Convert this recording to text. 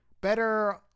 better